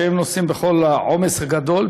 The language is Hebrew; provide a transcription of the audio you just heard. שהם נושאים בכל העומס הגדול,